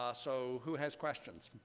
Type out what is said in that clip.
ah so who has questions?